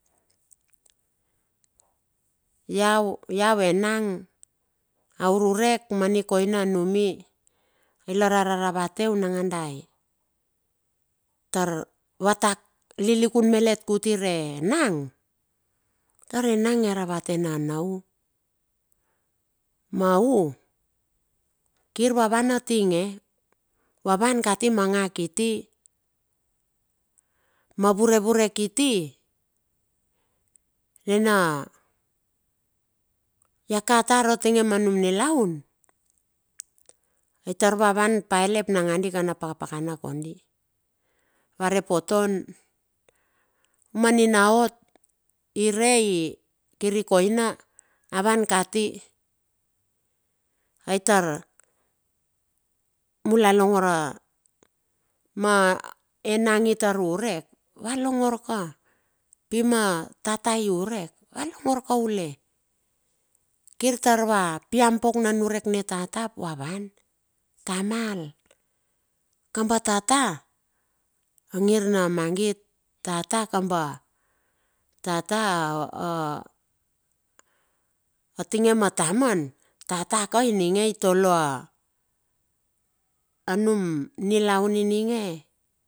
Iau iau enang, a ururek ma nikoina numi, ilar a raravate u nangadai, tar va ta lilikun malet kuti re enang tar enang iravate nana u. Ma u. kir va wan a tinge, va wan kati ma nga kiti. Ma vurevurek kiti, nana ia ka tar a tinge ma num nilaun, ai tar va wan paelep nangadi kan na pakapakana kondi, va re poton. Manina ot ire i kir i koina, a wan kati ai tar mula longor a ma enang i tar urek, va longor ka. Pi ma tata iurek valongor koule, kir taur va piam pauk na nurek ne tata ap va van, tamal, kamba tata, a ngir na mangit tata kamba. Tata a a, a atinge ma taman, tata ka inige itoloa, a num nilaun ninge.